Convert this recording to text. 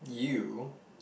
you